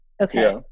Okay